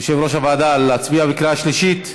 יושב-ראש הוועדה, להצביע בקריאה שלישית?